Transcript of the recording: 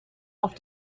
auf